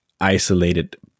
isolated